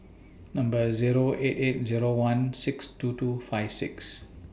Number Zero eight eight Zero one six two two five six